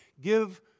Give